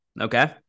okay